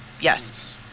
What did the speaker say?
yes